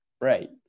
Right